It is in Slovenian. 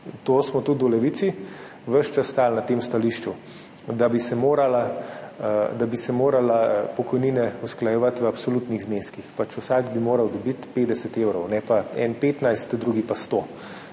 smo tudi ves čas stali na tem stališču, da bi se morale pokojnine usklajevati v absolutnih zneskih, vsak bi moral dobiti 50 evrov, ne pa en 15, drugi pa 100,